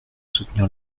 soutenir